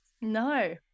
No